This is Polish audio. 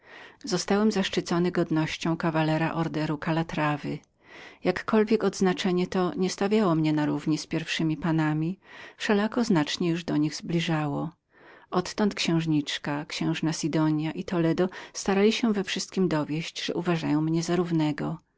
zaszczycono mnie godnością kawalera krzyża kalatrawy jakkolwiek ozdoba ta nie stawiała mnie na równi z pierwszymi panami wszelako znacznie już do nich zbliżała odtąd księżniczka księżna sidonia i toledo starali się we wszystkiem dowieść że uważali mnie za równego